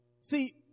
See